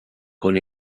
con